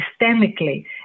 systemically